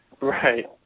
Right